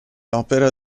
opera